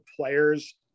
players